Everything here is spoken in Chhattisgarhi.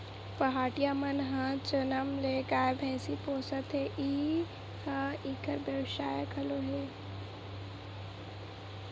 पहाटिया मन ह जनम ले गाय, भइसी पोसत हे इही ह इंखर बेवसाय घलो हे